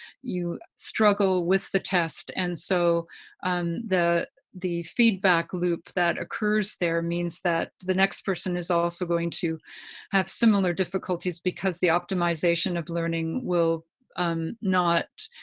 you struggle with the test, and so um the the feedback loop that occurs there means that the next person is also going to have similar difficulties because the optimization of learning will not